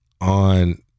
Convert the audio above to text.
on